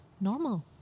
normal